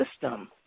system